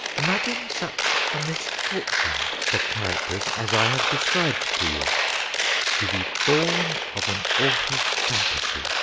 imagine such a misfortune for characters as i have described to you to be born of an author's fantasy,